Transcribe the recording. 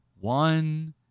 one